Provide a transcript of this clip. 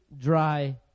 dry